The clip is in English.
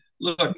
look